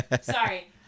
Sorry